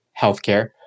healthcare